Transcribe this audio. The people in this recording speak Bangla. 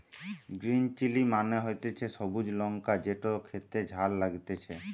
গ্রিন চিলি মানে হতিছে সবুজ লঙ্কা যেটো খেতে ঝাল লাগতিছে